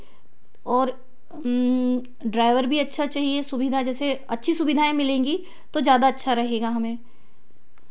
और ड्राइवर भी अच्छा चाहिए सुविधा जैसे अच्छी सुविधा मिलेगी तो ज़्यादा अच्छा रहेगा हमें